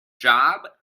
job